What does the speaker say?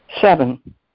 Seven